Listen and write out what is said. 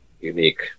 unique